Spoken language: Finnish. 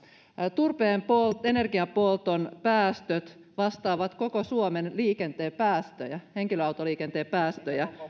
turpeen energiapolton päästöt vastaavat koko suomen liikenteen päästöjä henkilöautoliikenteen päästöjä